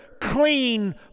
clean